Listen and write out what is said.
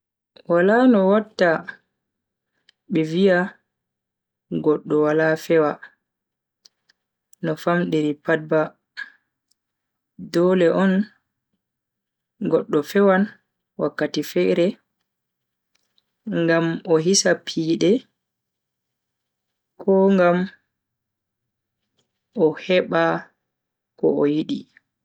Wala no watta be viya goddo wala fewa no famdiri pat ba. dole on goddo fewan wakkati fere ngam o hisa piide ko ngam o hebaa ko o yidi.